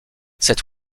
cet